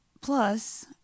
Plus